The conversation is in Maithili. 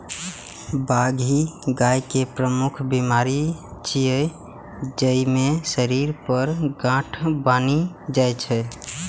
बाघी गाय के प्रमुख बीमारी छियै, जइमे शरीर पर गांठ बनि जाइ छै